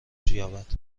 یابد